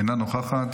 אינה נוכחת,